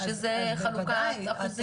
יש איזו שהיא חלוקת אחוזים?